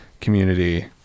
community